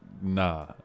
nah